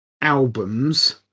albums